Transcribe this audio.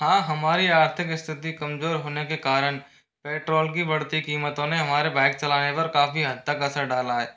हाँ हमारी आर्थिक स्थिति कमजोर होने के कारण पेट्रोल की बढ़ती कीमतों ने हमारे बाइक चलाने पर काफ़ी हद तक असर डाला है